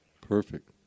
Perfect